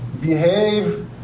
behave